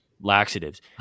Laxatives